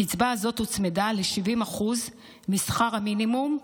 הקצבה הזאת הוצמדה ל-70% משכר המינימום,